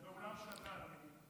באולם שאגאל.